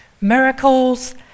miracles